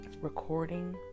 recording